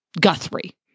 Guthrie